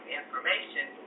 information